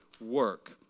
work